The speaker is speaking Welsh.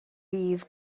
bydd